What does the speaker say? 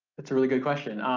that's a really good question,